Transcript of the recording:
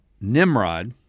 Nimrod